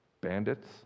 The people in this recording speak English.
Bandits